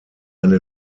eine